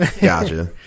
gotcha